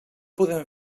podem